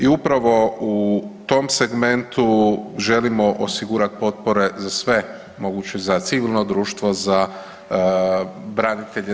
I upravo u tom segmentu želimo osigurati potpore za sve moguće, za civilno društvo, za branitelje.